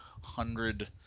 hundred